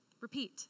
repeat